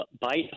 bite